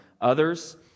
Others